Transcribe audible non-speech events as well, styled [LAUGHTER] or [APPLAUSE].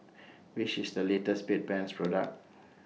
Which IS The latest Bedpans Product [NOISE]